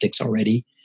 already